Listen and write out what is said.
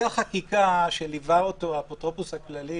החקיקה שליווה אותו האפוטרופוס הכללי